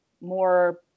more